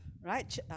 right